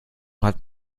hat